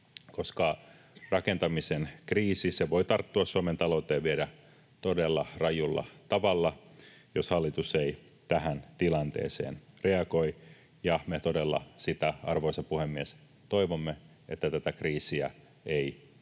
koska rakentamisen kriisi voi tarttua Suomen talouteen vielä todella rajulla tavalla, jos hallitus ei tähän tilanteeseen reagoi, ja me todella sitä, arvoisa puhemies, toivomme, että tätä kriisiä ei